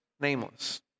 nameless